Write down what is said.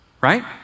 Right